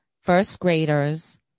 first-graders